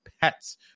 pets